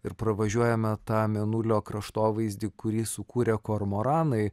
ir pravažiuojame tą mėnulio kraštovaizdį kurį sukūrė kormoranai